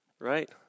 right